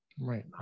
Right